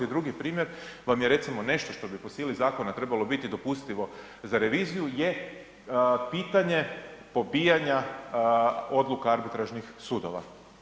Drugi primjer vam je recimo nešto što bi po sili zakona trebalo biti dopustivo za reviziju je pitanje pobijanja odluka arbitražnih sudova.